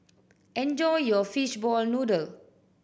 enjoy your fishball noodle